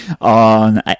on